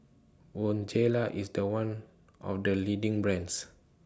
Bonjela IS The one of The leading brands